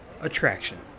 Attraction